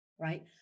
right